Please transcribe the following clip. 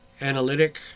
analytic